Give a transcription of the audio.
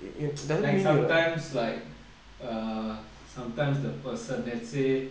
like sometimes like err sometimes the person let's say